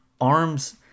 arms